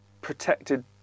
protected